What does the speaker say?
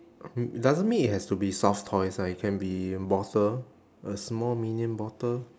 doesn't mean it has to be soft toys ah it can be bottle a small minion bottle